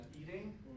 eating